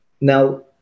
now